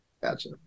Gotcha